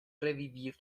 revivir